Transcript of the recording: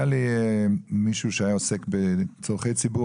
היה מישהו שהיה עוסק בצורכי ציבור,